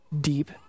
deep